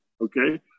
okay